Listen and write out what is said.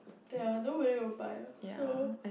ya nobody will buy so